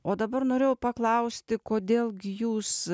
o dabar norėjau paklausti kodėl gi jūs